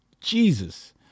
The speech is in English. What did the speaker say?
Jesus